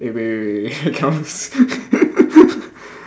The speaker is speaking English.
eh wait wait wait wait cannot